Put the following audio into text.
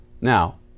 Now